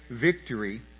victory